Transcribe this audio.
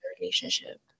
relationship